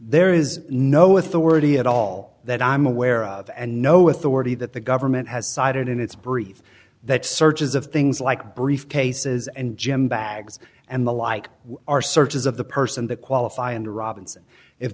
there is no authority at all that i'm aware of and no authority that the government has cited in its brief that searches of things like briefcases and gym bags and the like are searches of the person that qualify under rob